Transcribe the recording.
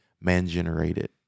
man-generated